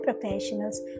professionals